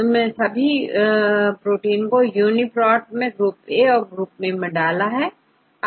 उदाहरण के तौर पर मैंने सभी प्रोटीन को यूनीप्रोतमैं ग्रुप ए और ग्रुप बी में डाला है